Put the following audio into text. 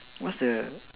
what's the